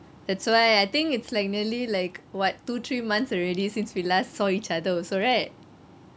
that's why I think it's like nearly like what two three months already since we last saw each other also right